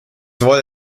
wurde